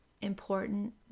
important